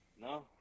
No